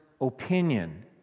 opinion